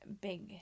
Big